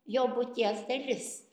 jo būties dalis